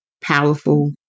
powerful